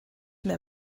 mehr